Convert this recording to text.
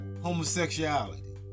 homosexuality